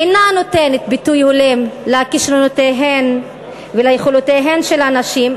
אינה נותנת ביטוי הולם לכישרונותיהן וליכולותיהן של הנשים,